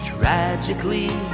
Tragically